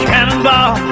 Cannonball